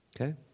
Okay